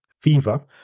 fever